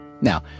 Now